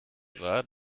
war